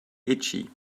itchy